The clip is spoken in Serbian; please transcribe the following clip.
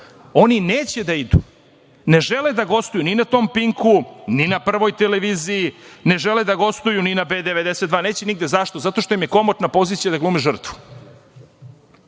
Oni neće da idu. Ne žele da gostuju ni na „Pinku, ni na „Prvoj“, ne žele da gostuju ni na „B 92“. Neće nigde. Zašto? Zato što im je komotna pozicija da glume žrtvu.